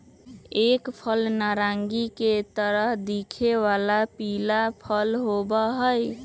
एक फल नारंगी के तरह दिखे वाला पीला फल होबा हई